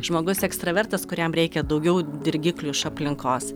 žmogus ekstravertas kuriam reikia daugiau dirgiklių iš aplinkos